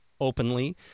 openly